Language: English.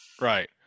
right